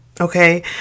Okay